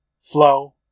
flow